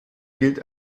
gilt